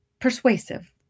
persuasive